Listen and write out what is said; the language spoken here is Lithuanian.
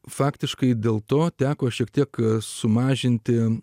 faktiškai dėl to teko šiek tiek sumažinti